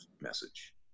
message